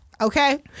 okay